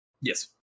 Yes